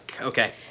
okay